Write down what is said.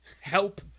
Help